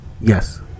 Yes